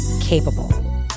capable